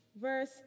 verse